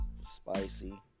spicy